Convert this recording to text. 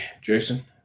Jason